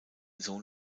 sohn